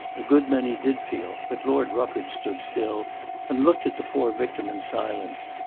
a good many did feel, but lord rufford stood still and looked at the poor victim in silence.